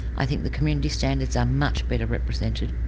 i think the community standards are much better represented,